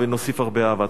ונוסיף הרבה אהבה.